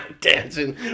Dancing